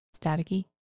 staticky